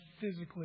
physically